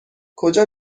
کجا